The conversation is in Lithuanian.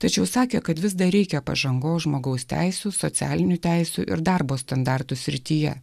tačiau sakė kad vis dar reikia pažangos žmogaus teisių socialinių teisių ir darbo standartų srityje